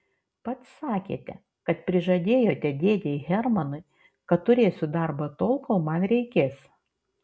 pats sakėte kad prižadėjote dėdei hermanui kad turėsiu darbą tol kol man reikės